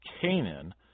Canaan